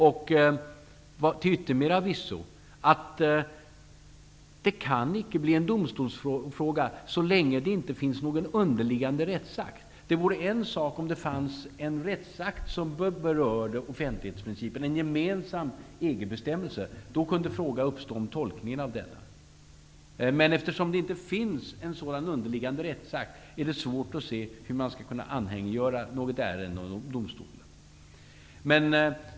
Till yttermera visso kan det icke bli en domstolsfråga så länge det inte finns någon underliggande rättsakt. Det vore en sak om det fanns en rättsakt som berörde offentlighetsprincipen, en gemensam EG bestämmelse. Då kunde fråga uppstå om tolkningen av denna. Men eftersom det inte finns en sådan underliggande rättsakt, är det svårt att se hur man skall kunna anhängiggöra något ärende och ta upp det i domstolen.